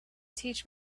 teach